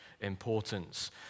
importance